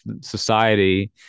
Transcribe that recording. society